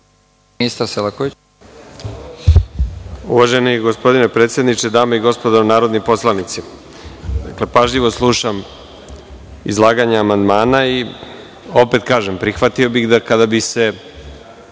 Uvaženi gospodine predsedniče, dame i gospodo narodni poslanici, pažljivo slušam izlaganje amandmana i opet kažem da bih prihvatio kada bi se